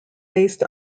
based